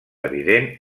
evident